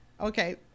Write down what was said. okay